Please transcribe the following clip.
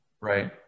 right